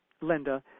Linda